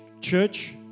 church